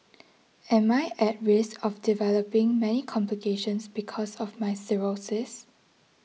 am I at risk of developing many complications because of my cirrhosis